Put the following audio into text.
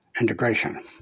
integration